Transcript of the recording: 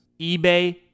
ebay